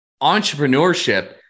entrepreneurship